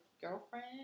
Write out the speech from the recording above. girlfriend